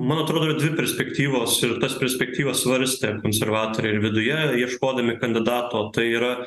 man atrodo kad dvi perspektyvos ir tas perspektyvas svarstė konservatoriai ir viduje ieškodami kandidato tai yra